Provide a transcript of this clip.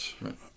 Right